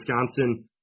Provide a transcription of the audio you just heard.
Wisconsin –